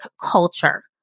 culture